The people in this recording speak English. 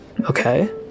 Okay